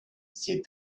said